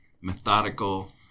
methodical